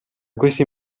questi